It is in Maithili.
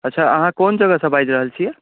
अच्छा अहाँ कोन जगह सऽ बाजि रहल छियै